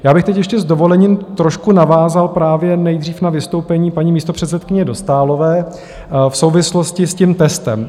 Já bych teď ještě s dovolením trošku navázal právě nejdřív na vystoupení paní místopředsedkyně Dostálové v souvislosti s tím testem.